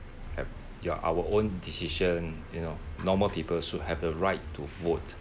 have ya our own decision you know normal people should have the right to vote